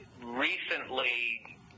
recently